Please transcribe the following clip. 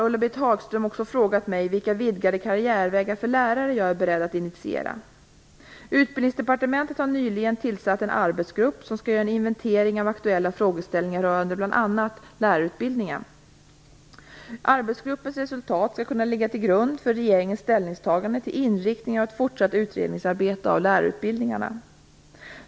Ulla-Britt Hagström har också frågat mig vilka vidgade karriärvägar för lärare jag är beredd att initiera. Utbildningsdepartementet har nyligen tillsatt en arbetsgrupp som skall göra en inventering av aktuella frågeställningar rörande bl.a. lärarutbildningen. Arbetsgruppens resultat skall kunna ligga till grund för regeringens ställningstagande till inriktningen av ett fortsatt utredningsarbete beträffande lärarutbildningarna.